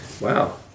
Wow